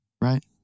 right